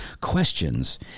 questions